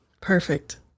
Perfect